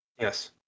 Yes